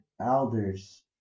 elders